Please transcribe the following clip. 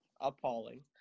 appalling